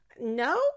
No